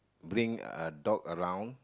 bring a dog around